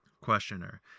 Questioner